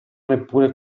neppure